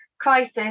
crisis